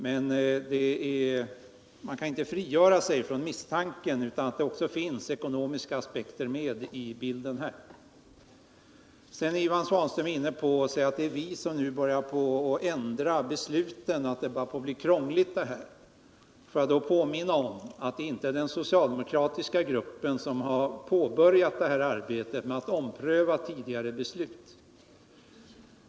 Man kan dock inte frigöra sig från misstanken att det här också finns ekonomiska aspekter med i bilden. Sedan säger Ivan Svanström att det är vi som ändrar besluten och att det nu börjar bli krångligt. Får jag då påminna om att det inte är den socialdemokratiska gruppen som påbörjat arbetet med att ompröva tidigare beslut.